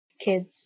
kids